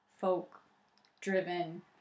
folk-driven